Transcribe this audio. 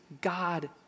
God